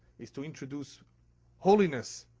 is to introduce holiness.